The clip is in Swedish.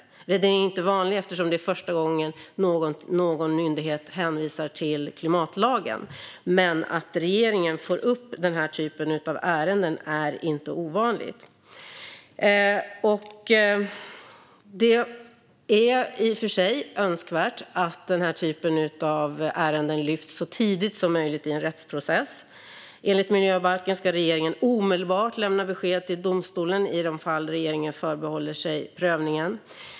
Nej, den är inte vanlig eftersom det är första gången en myndighet hänvisar till klimatlagen, men att regeringen får in den här typen av ärenden är inte ovanligt. Det är i och för sig önskvärt att den typen av ärenden lyfts upp så tidigt som möjligt i en rättsprocess. Enligt miljöbalken ska regeringen omedelbart lämna besked till domstolen i de fall regeringen förbehåller sig prövningen.